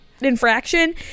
infraction